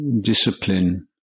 discipline